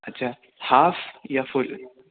اچھا ہاف یا فل